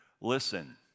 listen